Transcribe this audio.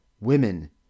Women